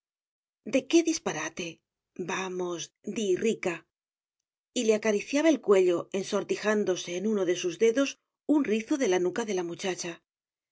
de qué disparate vamos di ricay le acariciaba el cuello ensortijándose en uno de sus dedos un rizo de la nuca de la muchacha